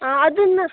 ಆಂ ಅದನ್ನು